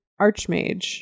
archmage